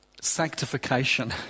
sanctification